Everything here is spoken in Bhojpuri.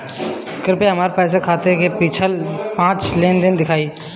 कृपया हमरा हमार खाते से पिछले पांच लेन देन दिखाइ